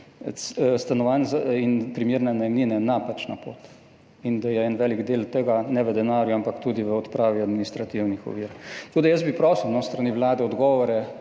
stanovanj in primerne najemnine, napačna pot in da velik del tega ni v denarju, ampak tudi v odpravi administrativnih ovir. Jaz bi prosil s strani Vlade odgovore,